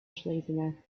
schlesinger